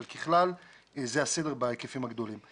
אבל ככלל זה הסדר ההיקפים הגדולים.